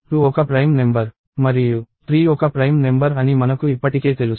2 ఒక prime number మరియు 3 ఒక ప్రైమ్ నెంబర్ అని మనకు ఇప్పటికే తెలుసు